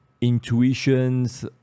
intuitions